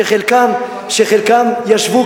שחלקם ישבו,